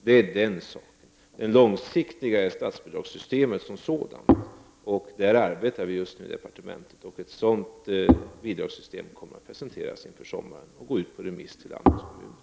Det långsiktiga är statsbidragssystemet som sådant, och vi arbetar just nu med det i departementet. Ett sådant bidragssystem kommer att presenteras inför sommaren och gå ut på remiss till landets kommuner.